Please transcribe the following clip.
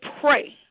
pray